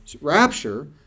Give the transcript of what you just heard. rapture